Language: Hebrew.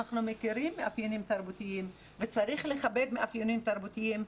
אנחנו מכירים מאפיינים תרבותיים וצריך לכבד מאפיינים תרבותיים,